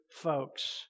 folks